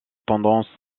tendance